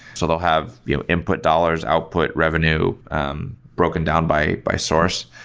so they'll have you know input dollars, output revenue um broken down by by source.